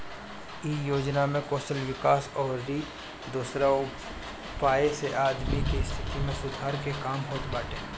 इ योजना में कौशल विकास अउरी दोसरा उपाय से आदमी के स्थिति में सुधार के काम होत बाटे